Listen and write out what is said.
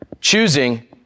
choosing